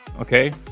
Okay